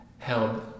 held